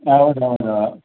ಹೌದ್ ಹೌದು